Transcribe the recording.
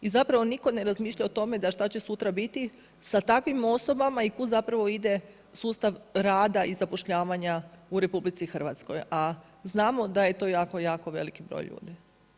I zapravo nitko ne razmišlja o tome da šta će sutra biti sa takvim osobama i kud zapravo ide sustav rada i zapošljavanja u RH, a znamo da je to jako, jako veliki broj ljudi.